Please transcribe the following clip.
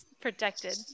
protected